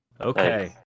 Okay